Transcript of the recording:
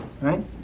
right